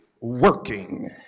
working